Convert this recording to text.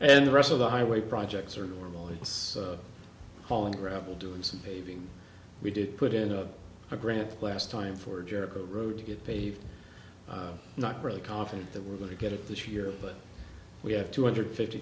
and the rest of the highway projects are normal it's hauling gravel doing some paving we did put in a program last time for jericho road to get paved not really confident that we're going to get it this year but we have two hundred fifty